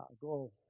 go